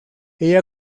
ella